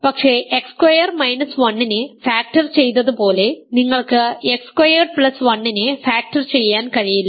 പക്ഷേ x square minus 1 നെ factor ചെയ്തതുപോലെ നിങ്ങൾക്ക് എക്സ് സ്ക്വയേർഡ് പ്ലസ് 1 നെ ഫാക്ടർ ചെയ്യാൻ കഴിയില്ല